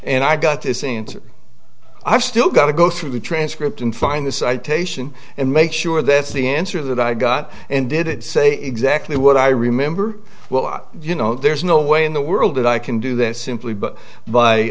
and i got this answer i still got to go through the transcript and find the citation and make sure that's the answer that i got and did it say exactly what i remember well you know there's no way in the world that i can do that simply b